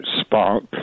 spark